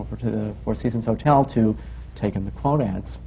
to the four seasons hotel, to take him the quote ads.